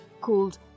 called